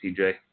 TJ